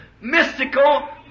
mystical